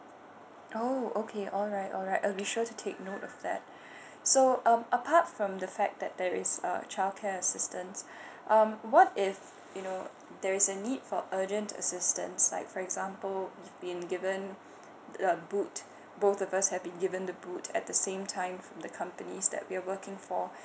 oh okay alright alright I will be sure to take note of that so um apart from the fact that there is a childcare assistance um what if you know there is a need for urgent assistance like for example we've been given uh boots~ both of us have been given the boot at the same time from the companies that we're working for